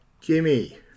Jimmy